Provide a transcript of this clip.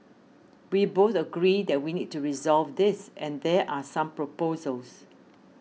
we both agree that we need to resolve this and there are some proposals